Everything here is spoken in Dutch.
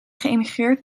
geëmigreerd